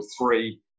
three